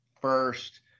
first